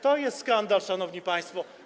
To jest skandal, szanowni państwo.